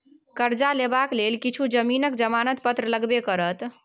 करजा लेबाक लेल किछु जमीनक जमानत पत्र लगबे करत